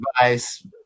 advice